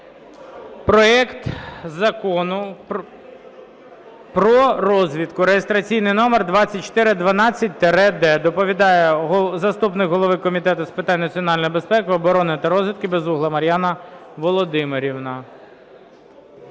проект Закону про розвідку (реєстраційний номер 2412-д). Доповідає заступник голови Комітету з питань національної безпеки, оборони та розвідки Безугла Мар'яна Володимирівна.